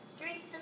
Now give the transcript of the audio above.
Drink